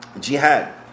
jihad